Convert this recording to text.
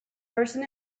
person